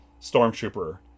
Stormtrooper